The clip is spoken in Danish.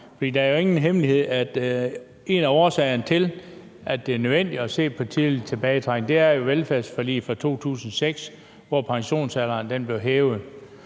er jo ingen hemmelighed, at en af årsagerne til, at det er nødvendigt at se på tidlig tilbagetrækning, er velfærdsforliget fra 2006, hvor pensionsalderen blev hævet.